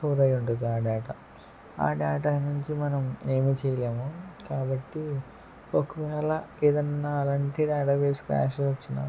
store అయ్య ఉంటుంది ఆ డేటా ఆ డేటా నుంచి మనం ఏమి చేయలేము కాబట్టి ఒకవేళ ఏదన్న అలాంటి డేటాబేస్ క్ర్యాష్ వచ్చినా